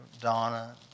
Donna